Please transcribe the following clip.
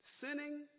Sinning